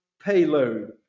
payload